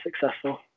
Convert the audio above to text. successful